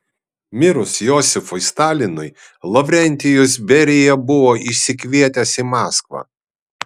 mirus josifui stalinui lavrentijus berija buvo išsikvietęs į maskvą